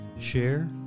share